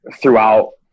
throughout